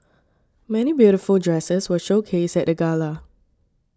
many beautiful dresses were showcased at the gala